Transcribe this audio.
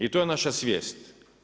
I to je naša svijest.